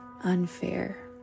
unfair